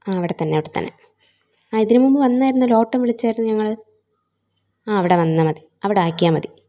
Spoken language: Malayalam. ആ അവിടെ തന്നെ അവിടെ തന്നെ ആ ഇതിനു മുമ്പ് വന്നായിരുന്നല്ലോ ഓട്ടം വിളിച്ചായിരുന്നു ഞങ്ങൾ ആ അവിടെ വന്നാൽ മതി അവിടെ ആക്കിയാൽ മതി